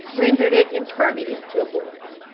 rendered it impervious to a bullet.